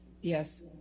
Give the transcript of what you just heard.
Yes